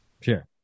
Sure